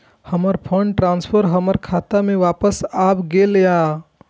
हमर fund transfer हमर खाता में वापस आब गेल या